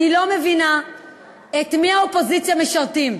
אני לא מבינה את מי האופוזיציה משרתים.